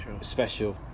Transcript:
special